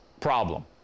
problem